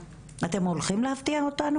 אתם הולכים להפתיע אותנו?